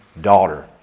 daughter